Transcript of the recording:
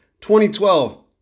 2012